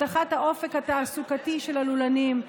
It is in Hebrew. הבטחת האופק התעסוקתי של הלולנים,